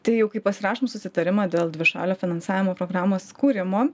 tai jau kai pasirašom susitarimą dėl dvišalio finansavimo programos kūrimo